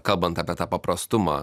kalbant apie tą paprastumą